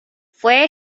fue